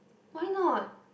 why not